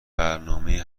برنامهی